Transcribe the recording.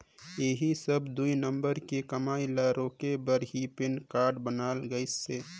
ऐही सब दुई नंबर के कमई ल रोके घर ही पेन कारड लानल गइसे